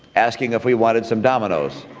asking if we wanted some domino's.